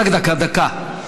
רק דקה, דקה.